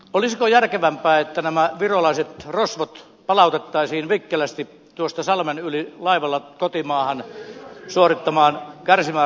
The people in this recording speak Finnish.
olisiko järkevämpää että nämä virolaiset rosvot palautettaisiin vikkelästi tuosta salmen yli laivalla kotimaahan kärsimään rangaistustaan